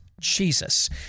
Jesus